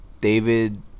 David